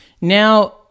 Now